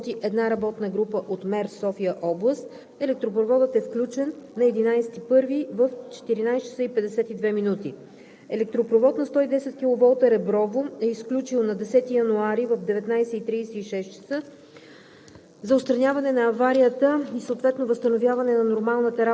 За отстраняване на аварията и възстановяване на нормалната работа на електропровода работи една работна група от МЕР София област. Електропроводът е включен на 11 януари в 14,52 ч. Електропровод на 110 киловолта „Реброво“ е изключил на 10 януари., в 19,36 ч.